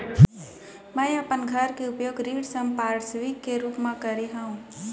मै अपन घर के उपयोग ऋण संपार्श्विक के रूप मा करे हव